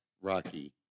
Rocky